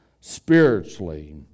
spiritually